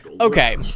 Okay